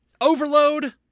Overload